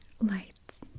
lights